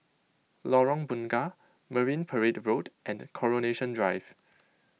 Lorong Bunga Marine Parade Road and Coronation Drive